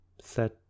set